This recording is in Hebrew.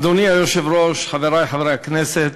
אדוני היושב-ראש, חברי חברי הכנסת,